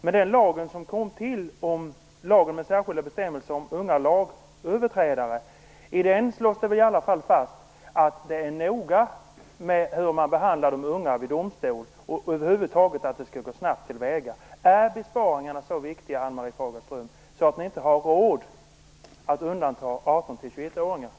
Men i lagen om särskilda bestämmelser för unga lagöverträdare slås det väl i alla fall fast att det är noga hur man behandlar de unga i domstol och att det över huvud taget skall gå snabbt. Är besparingarna så viktiga, Ann-Marie Fagerström, så att ni inte har råd att undanta 18-21-åringarna?